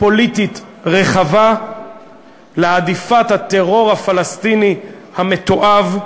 פוליטית רחבה להדיפת הטרור הפלסטיני המתועב,